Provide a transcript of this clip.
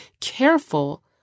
careful